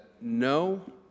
No